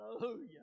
Hallelujah